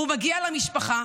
הוא מגיע למשפחה,